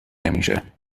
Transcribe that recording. نمیشه